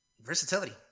Versatility